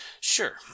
Sure